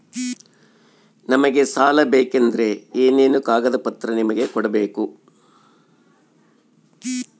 ನಮಗೆ ಸಾಲ ಬೇಕಂದ್ರೆ ಏನೇನು ಕಾಗದ ಪತ್ರ ನಿಮಗೆ ಕೊಡ್ಬೇಕು?